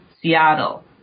Seattle